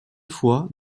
fois